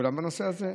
כולן בנושא הזה.